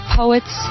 poets